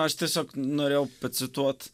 aš tiesiog norėjau pacituot